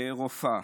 רופאה.